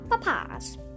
Papas